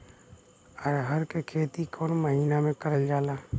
अरहर क खेती कवन महिना मे करल जाला?